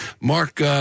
Mark